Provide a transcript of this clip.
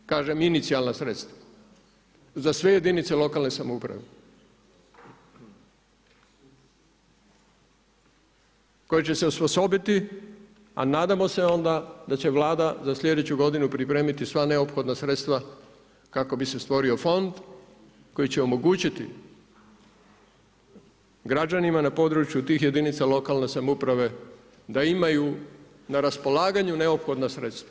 Kažem inicijalna sredstva za sve jedinice lokalne samouprave koje će se osposobiti a nadamo se onda da će Vlada za slijedeću godinu pripremiti sva neophodna sredstva kako bi stvorio fond koji će omogućiti građanima na području tih jedinica lokalne samouprave da imaju na raspolaganju neophodna sredstva.